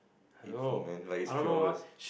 eat for man like it's three hours